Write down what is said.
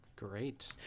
Great